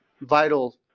vital